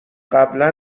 قبلا